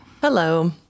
Hello